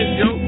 yo